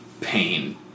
pain